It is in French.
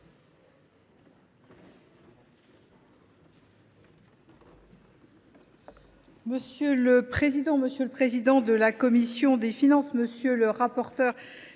Monsieur le président, monsieur le président de la commission des finances, monsieur le rapporteur